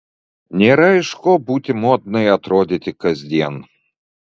nėra iš ko būti modnai atrodyti kasdien